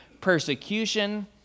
Persecution